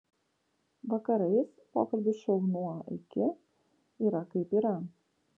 vakarais pokalbių šou nuo iki yra kaip yra